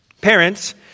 Parents